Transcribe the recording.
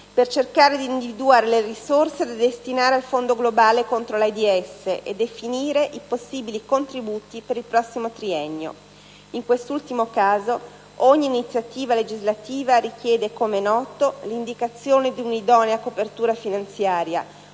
per cercare di individuare le risorse da destinare al Fondo globale contro l'AIDS e definire i possibili contributi per il prossimo triennio. In quest'ultimo caso, ogni iniziativa legislativa richiede, come noto, l'indicazione di un'idonea copertura finanziaria,